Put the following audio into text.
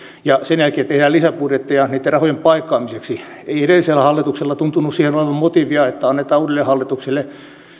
ja sen jälkeen tehdään lisäbudjetteja niitten rahojen paikkaamiseksi ei edellisellä hallituksella tuntunut siihen olevan motiivia että annetaan uudelle hallitukselle